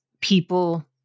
people